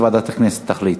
וועדת הכנסת תחליט.